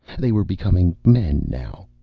they were becoming men now.